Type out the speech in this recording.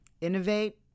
Innovate